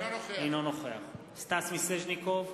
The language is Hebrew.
אינו נוכח סטס מיסז'ניקוב,